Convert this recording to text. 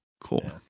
Cool